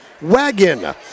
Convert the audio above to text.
wagon